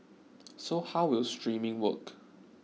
so how will streaming work